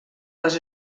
les